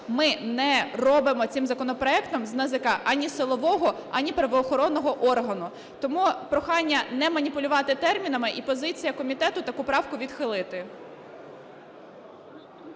ми не робимо цим законопроектом з НАЗК ані силового, ані правоохоронного органу. Тому прохання не маніпулювати термінами. І позиція комітету – таку правку відхилити.